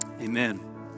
amen